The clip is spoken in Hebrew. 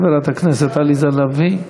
חברת הכנסת עליזה לביא.